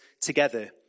together